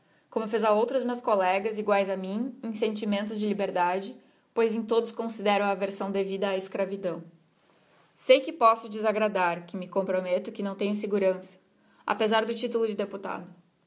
como fez a outros meus collegas iguaes a mim em sentimentos de liberdade pois em todos considero a aversão devida á escravidão sei que posso desagradar que me comprometto que não tenho segurança apezar do titulo de deputado